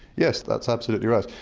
yes, that's absolutely right.